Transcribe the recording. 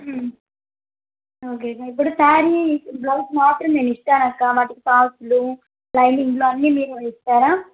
okay ఇప్పుడు sari blouse మాత్రం నేనిస్తానక్కా నాకు సాస్లు లైనింగ్లు అన్నీ చేసి ఇస్తారా